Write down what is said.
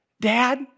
Dad